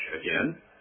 again